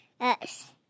Yes